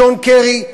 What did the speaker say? ג'ון קרי,